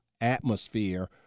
atmosphere